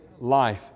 life